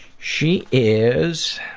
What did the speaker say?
she is